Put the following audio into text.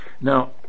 Now